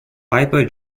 piper